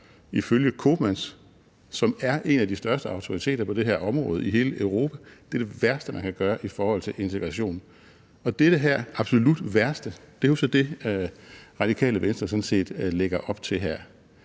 ifølge Koopmans, som er en af de største autoriteter på det her område i hele Europa, det er det værste, man kan gøre i forhold til integration, og det her, altså det absolut værste, er så det, Det Radikale Venstre sådan set lægger op til her.